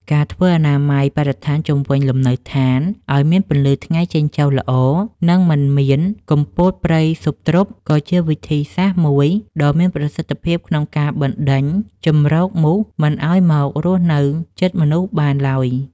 ការធ្វើអនាម័យបរិស្ថានជុំវិញលំនៅដ្ឋានឱ្យមានពន្លឺថ្ងៃចេញចូលល្អ និងមិនមានគុម្ពោតព្រៃស៊ុបទ្រុប ក៏ជាវិធីសាស្ត្រមួយដ៏មានប្រសិទ្ធភាពក្នុងការបណ្ដេញជម្រកមូសមិនឱ្យមករស់នៅជិតមនុស្សបានឡើយ។